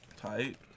Tight